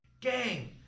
gang